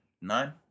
nine